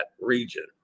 region